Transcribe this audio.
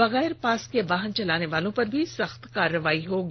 बगैर पास के वाहन चलाने वालों पर सख्त कार्रवाई होगी